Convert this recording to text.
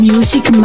Music